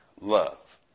love